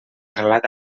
relat